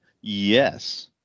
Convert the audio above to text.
Yes